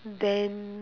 then